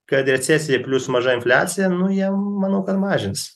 kad recesija plius maža infliacija nu jie manau kad mažins